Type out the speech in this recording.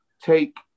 take